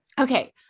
Okay